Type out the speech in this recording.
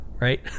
right